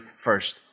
first